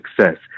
success